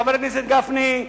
חבר הכנסת גפני,